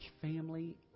family